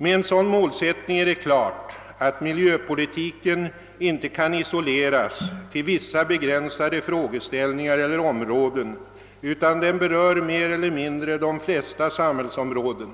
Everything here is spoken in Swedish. Med en sådan målsättning är det klart att miljöpolitiken inte kan isoleras till vissa begränsade frågeställningar eller områden, utan den berör mer eller mindre de flesta samhällsområden.